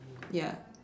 ya